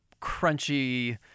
crunchy